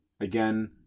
Again